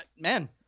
man